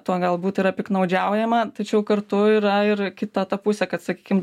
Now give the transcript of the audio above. tuo galbūt yra piktnaudžiaujama tačiau kartu yra ir kita ta pusė kad sakykim